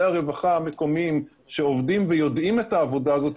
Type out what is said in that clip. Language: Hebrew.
הרווחה המקומיים שעובדים ויודעים את העבודה הזאת,